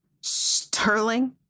sterling